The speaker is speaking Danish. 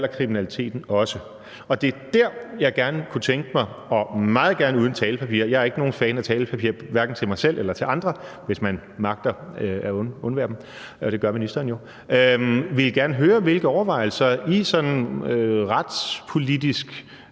kriminaliteten også. Det er der, jeg gerne kunne tænke mig at høre – og meget gerne uden talepapir, jeg er ikke nogen fan af talepapir, hverken til mig selv eller andre, hvis man magter at undvære det, og det gør ministeren jo – hvilke overvejelser justitsministeren i sådan en retspolitisk